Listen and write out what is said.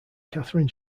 catherine